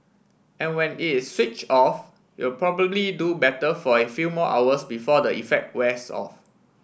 and when is switch off you'll probably do better for a few more hours before the effect wears off